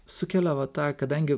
sukelia va tą kadangi